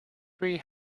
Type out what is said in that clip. three